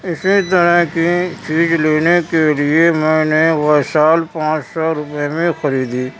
اسی طرح کی چیز لینے کے لیے میں وہ شال پانچ سو روپے میں خریدی